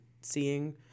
seeing